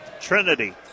Trinity